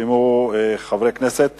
נרשמו חברי כנסת,